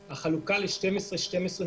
החלוקה למשמרות של 12 שעות בתקופת הקורונה